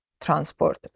transport